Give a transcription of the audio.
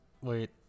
Wait